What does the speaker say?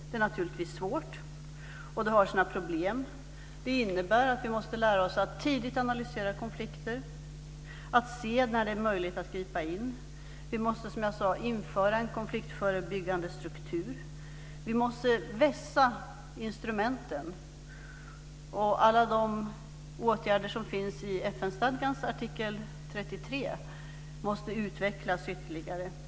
Det är naturligtvis svårt, och det har sina problem. Det innebär att vi måste lära oss att tidigt analysera konflikter och se när det är möjligt att gripa in. Vi måste, som jag sade, införa en konfliktförebyggande struktur. Vi måste vässa instrumenten, och alla de åtgärder som finns i FN-stadgans artikel 33 måste utvecklas ytterligare.